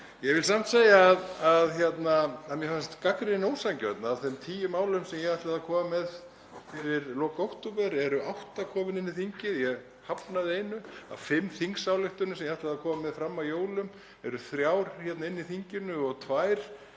Ég vil samt segja að mér finnst gagnrýnin ósanngjörn. Af þeim tíu málum sem ég ætlaði að koma með fyrir lok október eru átta komin inn í þingið. Ég hafnaði einu. Af fimm þingsályktunartillögum sem ég ætlaði að koma með fram að jólum eru þrjár hérna inni í þinginu og tvær